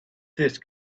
these